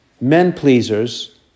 men-pleasers